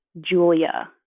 Julia